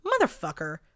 motherfucker